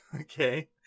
Okay